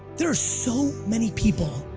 there are so many people,